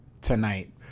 tonight